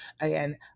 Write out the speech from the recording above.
again